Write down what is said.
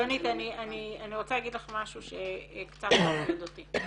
יונית, אני רוצה להגיד לך משהו שקצת מטריד אותי.